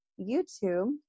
YouTube